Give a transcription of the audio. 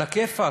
עלא כיפאק.